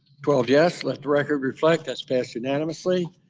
twelve yes. let the record reflect that's passed unanimously.